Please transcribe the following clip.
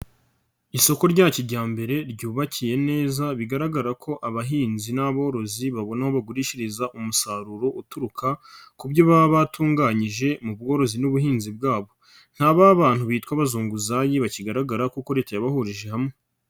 Isoko rya kijyambere ryubakiye neza bigaragara ko abahinzi n'aborozi babona aho bagurishiriza umusaruro uturuka ku byo baba batunganyije mu bworozi n'ubuhinzi bwabo, nta ba abantu bitwa abazunguzayi bakigaragara kuko Leta yabahurije hamwe.